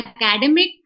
academic